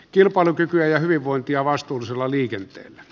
kilpailukykyä ja hyvinvointia vastuullisella liikenteellä